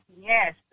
Yes